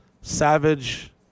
savage